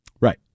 Right